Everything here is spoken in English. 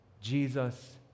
Jesus